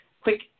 quick